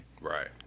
Right